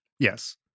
yes